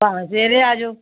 ਭਾਵੇਂ ਸਵੇਰੇ ਆ ਜਾਓ